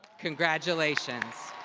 congratulations!